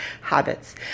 habits